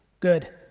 good.